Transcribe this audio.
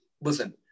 listen